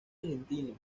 argentino